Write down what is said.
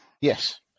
Yes